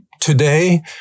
today